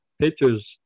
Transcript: pictures